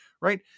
right